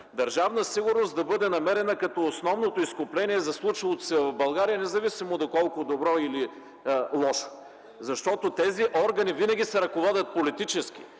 Държавна сигурност да бъде намерена като основното изкупление за случилото се в България, независимо доколко добро или лошо е. Защото тези органи винаги се ръководят политически